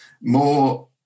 more